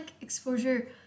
exposure